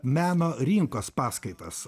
meno rinkos paskaitas